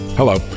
Hello